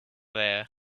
there